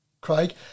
Craig